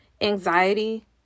anxiety